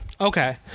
Okay